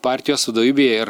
partijos vadovybėje ir